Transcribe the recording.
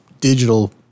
digital